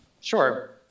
Sure